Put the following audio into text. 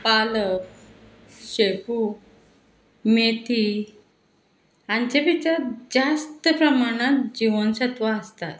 पालक शेपू मेथी हांचे भितर ज्यास्त प्रमाणांत जिवनसत्व आसतात